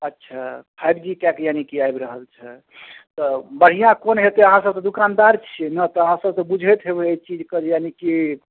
अच्छा five G कए कऽ यानि कि आबि रहल छै तऽ बढ़िआँ कओन होयतै अहाँ सभ तऽ दुकानदार छियै ने तऽ अहाँ सभ तऽ बुझैत होयबै एहि चीज कऽ यानि कि